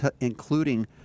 including